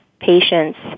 patients